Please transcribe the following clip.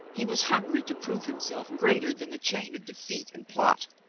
he was hungry to prove himself greater than the chain of defeat and plot,